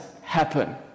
happen